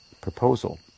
proposal